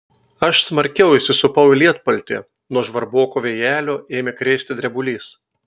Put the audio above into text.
aš smarkiau įsisupau į lietpaltį nuo žvarboko vėjelio ėmė krėsti drebulys